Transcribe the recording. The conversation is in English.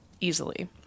easily